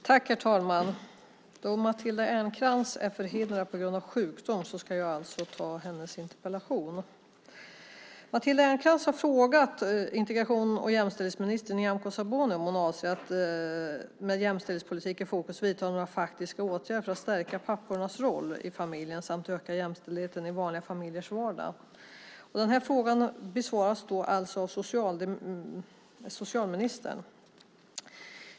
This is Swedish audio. Herr talman! Eftersom Matilda Ernkrans alltså är förhindrad att närvara på grund av sjukdom tar jag svaret på interpellationen. Matilda Ernkrans har frågat integrations och jämställdhetsminister Nyamko Sabuni om hon avser att med jämställdhetspolitiken i fokus vidta några faktiska åtgärder för att stärka pappornas roll i familjen samt öka jämställdheten i vanliga familjers vardag. Frågan besvaras av socialministern.